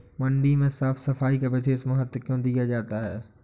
मंडी में साफ सफाई का विशेष महत्व क्यो दिया जाता है?